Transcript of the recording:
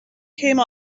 came